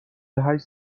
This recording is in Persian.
هشت